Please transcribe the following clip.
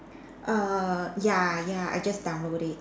err ya ya I just download it